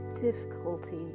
difficulty